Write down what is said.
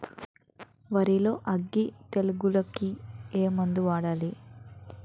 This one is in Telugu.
వరిలో అగ్గి తెగులకి ఏ మందు వాడాలి?